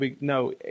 No